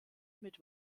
mit